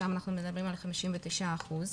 שם אנחנו מדברים על 59 אחוזים.